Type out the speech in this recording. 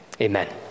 Amen